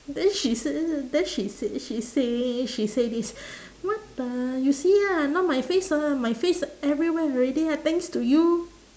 then she say then she say she say she say this what the you see lah now my face ah my face everywhere already ah thanks to you